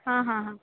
हां हां हां